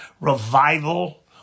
revival